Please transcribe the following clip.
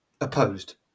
opposed